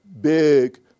big